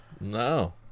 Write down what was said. No